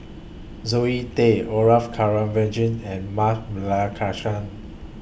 Zoe Tay Orfeur Cavenagh and Ma Balakrishnan